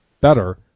better